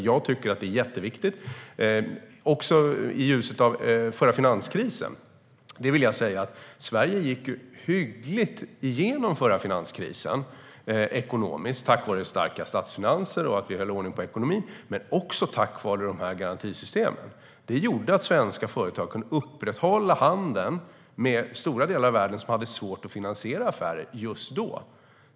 Jag tycker att detta är jätteviktigt, inte minst i ljuset av förra finanskrisen. Sverige gick ju hyggligt igenom förra finanskrisen tack vare starka statsfinanser och att vi höll ordning på ekonomin, men också tack vare dessa garantisystem. De gjorde att svenska företag kunde upprätthålla handeln med stora delar av världen, som hade svårt att finansiera affärer just då.